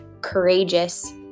courageous